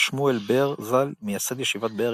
שמואל בר ז"ל, מייסד ישיבת באר יעקב,